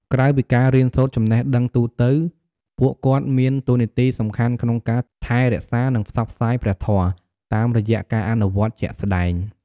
ក្រៅពីការរៀនសូត្រចំណេះដឹងទូទៅ ពួកគាត់មានតួនាទីសំខាន់ក្នុងការ ថែរក្សា និងផ្សព្វផ្សាយព្រះធម៌ តាមរយៈការអនុវត្តជាក់ស្ដែង។